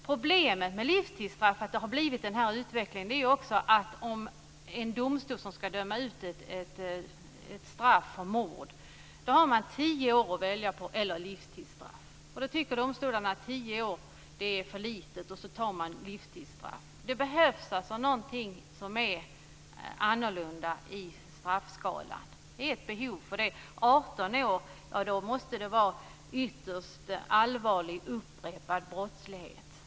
Problemet med livstidsstraffet, att det har blivit den här utvecklingen, är ju också att en domstol som ska döma ut ett straff för mord har att välja mellan 10 år eller livstidsstraff. Då tycker man i domstolen att 10 år är för lite, och så tar man livstidsstraffet. Det behövs alltså någonting som är annorlunda i straffskalan. Det finns ett behov av det. 18 år; ja, då måste det vara ytterst allvarlig upprepad brottslighet.